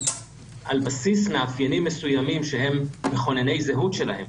על בסיס מאפיינים מסוימים שהם מכונני זהות שלהם,